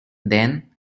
then